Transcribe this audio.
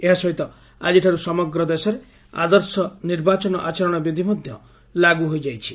ଏହା ସହିତ ଆକିଠାରୁ ସମଗ୍ର ଦେଶରେ ଆଦର୍ଶ ନିର୍ବାଚନ ଆଚରଣ ବିଧି ମଧ୍ଧ ଲାଗୁ ହୋଇଯାଇଛି